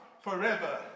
forever